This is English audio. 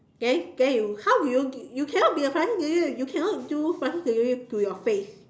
then then you how do you you cannot be a plastic surgeon you cannot do plastic surgery to your face